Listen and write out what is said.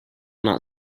not